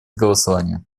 голосования